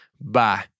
Bye